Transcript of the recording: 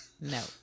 No